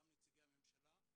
גם נציגי הממשלה,